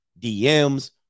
DMs